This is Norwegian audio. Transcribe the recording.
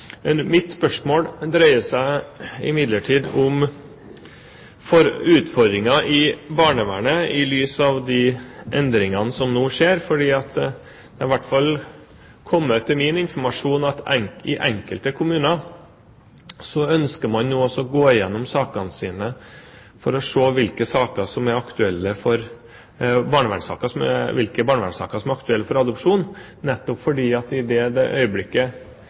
Mitt spørsmål dreier seg imidlertid om utfordringer i barnevernet i lys av de endringene som nå skjer, fordi det har i hvert fall kommet til min informasjon at man i enkelte kommuner nå ønsker å gå gjennom sakene sine for å se hvilke barnevernssaker der det kan være aktuelt med adopsjon, nettopp fordi at i det øyeblikket